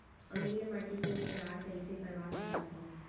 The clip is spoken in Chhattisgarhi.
अम्लीय माटी के उपचार कइसे करवा सकत हव?